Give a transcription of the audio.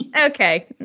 okay